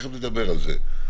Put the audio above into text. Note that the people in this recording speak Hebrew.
תיכף נדבר על זה.